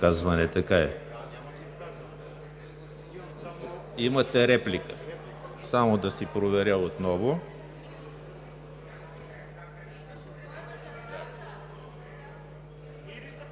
Имате реплика, само да проверя отново.